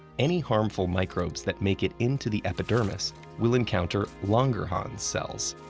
any harmful microbes that make it into the epidermis will encounter langerhans cells.